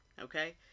okay